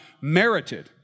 merited